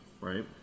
right